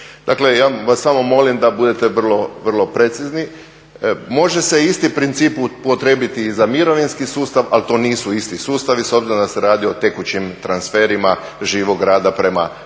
Dakle, ja vas samo molim da budete vrlo precizni. Može se isti princip upotrijebiti i za mirovinski sustav ali to nisu isti sustavi s obzirom da se radi o tekućim transferima živog rada prema minulom